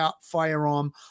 firearm